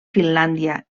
finlàndia